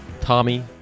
Tommy